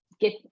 get